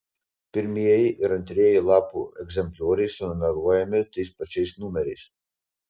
pirmieji ir antrieji lapų egzemplioriai sunumeruojami tais pačiais numeriais